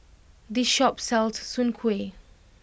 this shop sells Soon Kway